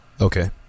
Okay